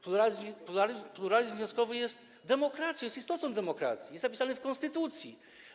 Pluralizm związkowy jest demokracją, jest istotą demokracji, jest zapisany w konstytucji.